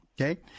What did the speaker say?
okay